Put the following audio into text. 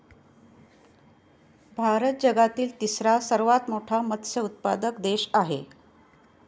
भारत जगातील तिसरा सर्वात मोठा मत्स्य उत्पादक देश आहे